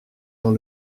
dans